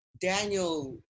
Daniel